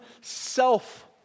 self